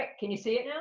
like can you see it now?